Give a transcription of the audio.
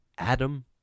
Adam